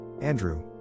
Andrew